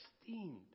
esteemed